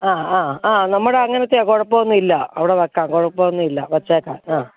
ആ ആ ആ നമ്മുടെ അങ്ങനത്തെ ആണ് കുഴപ്പം ഒന്നും ഇല്ല അവിടെ വയ്ക്കാം കുഴപ്പം ഒന്നും ഇല്ല വെച്ചേക്കാം